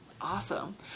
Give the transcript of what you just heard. Awesome